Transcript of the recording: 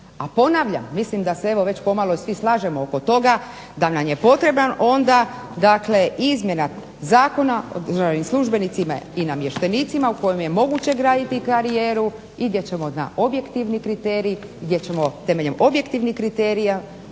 a ponavljam, mislim da se već sada pomalo svi slažemo oko toga da nam je potreban onda izmjena Zakona o državnim službenicima i namještenicima u kojem je moguće graditi karijeru i objektivni kriterij, gdje ćemo na temelju objektivnih kriterija